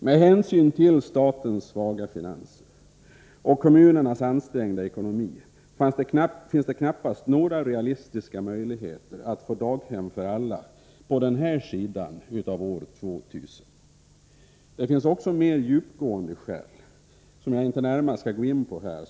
Med hänsyn till statens svaga finanser och kommunernas ansträngda ekonomi finns det knappast realistiska möjligheter att få daghem för alla på denna sida om år 2000. Det finns också mer djupgående skäl —som jag här inte skall gå närmare in på.